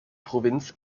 provinz